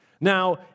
Now